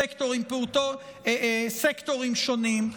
סקטורים שונים,